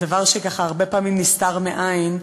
דבר שהרבה פעמים נסתר מעין.